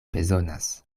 bezonas